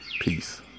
Peace